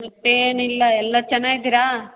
ಮತ್ತೇನಿಲ್ಲ ಎಲ್ಲ ಚೆನ್ನಾಗಿದ್ದೀರ